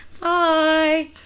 bye